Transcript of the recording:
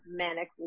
manic